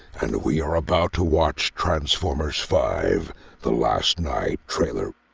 and we are about to watch transformers five the last knight trailer.